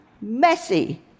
messy